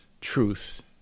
truth